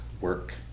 work